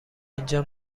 اینجا